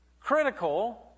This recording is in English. critical